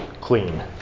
clean